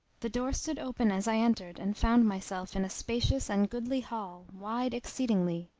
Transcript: the door stood open as i entered and found myself in a spacious and goodly hall, wide exceedingly,